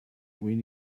when